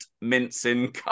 mincing